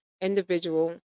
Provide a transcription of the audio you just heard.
individual